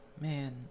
Man